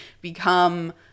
become